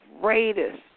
greatest